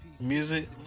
music